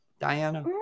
Diana